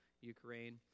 Ukraine